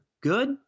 Good